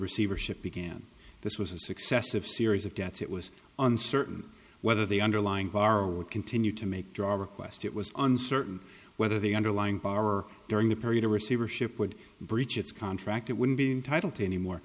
receivership began this was a successive series of debts it was uncertain whether the underlying bar would continue to make draw request it was uncertain whether the underlying power during the period of receivership would breach its contract it wouldn't be entitle to any more